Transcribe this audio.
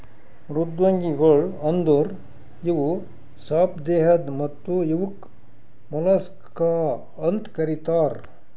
ಮೃದ್ವಂಗಿಗೊಳ್ ಅಂದುರ್ ಇವು ಸಾಪ್ ದೇಹದ್ ಮತ್ತ ಇವುಕ್ ಮೊಲಸ್ಕಾ ಅಂತ್ ಕರಿತಾರ್